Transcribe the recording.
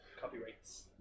Copyrights